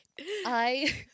I-